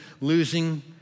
losing